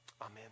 Amen